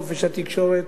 חופש התקשורת.